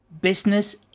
business